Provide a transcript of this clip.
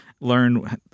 learn